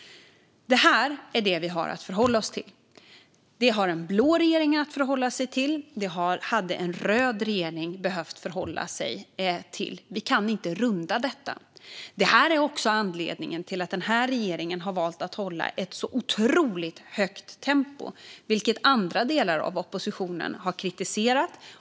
Det här är vad vi har att förhålla oss till. Det har en blå regering att förhålla sig till, och det hade en röd regering behövt förhålla sig till. Vi kan inte runda detta. Detta är också anledningen till att den här regeringen har valt att hålla ett så otroligt högt tempo, vilket andra delar av oppositionen har kritiserat.